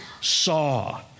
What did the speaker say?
saw